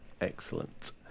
excellent